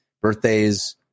birthdays